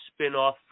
spinoff